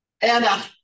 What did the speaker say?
Anna